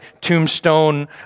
tombstone